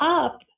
up